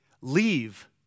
leave